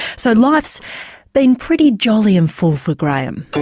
so life's been pretty jolly and full for graham.